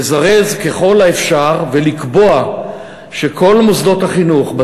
לזרז ככל האפשר ולקבוע שכל מוסדות החינוך,